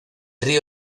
río